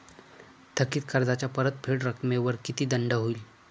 थकीत कर्जाच्या परतफेड रकमेवर किती दंड होईल?